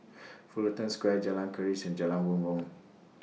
Fullerton Square Jalan Keris and Jalan Bumbong